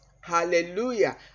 Hallelujah